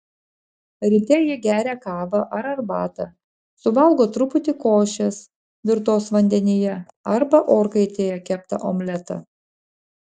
ryte ji geria kavą ar arbatą suvalgo truputį košės virtos vandenyje arba orkaitėje keptą omletą